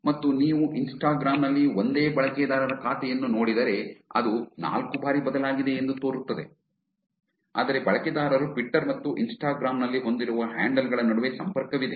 ಮತ್ತು ನೀವು ಇನ್ಸ್ಟಾಗ್ರಾಮ್ ನಲ್ಲಿ ಅದೇ ಬಳಕೆದಾರರ ಖಾತೆಯನ್ನು ನೋಡಿದರೆ ಇದು ನಾಲ್ಕು ಬಾರಿ ಬದಲಾಗಿದೆ ಎಂದು ತೋರುತ್ತದೆ ಆದರೆ ಬಳಕೆದಾರರು ಟ್ವಿಟ್ಟರ್ ಮತ್ತು ಇನ್ಸ್ಟಾಗ್ರಾಮ್ ನಲ್ಲಿ ಹೊಂದಿರುವ ಹ್ಯಾಂಡಲ್ ಗಳ ನಡುವೆ ಸಂಪರ್ಕವಿದೆ